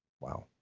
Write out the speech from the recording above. Wow